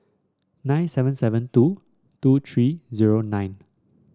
nine seven seven two two three zero nine